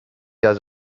does